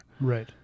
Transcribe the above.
Right